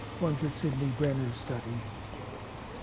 ones that sydney brenner studied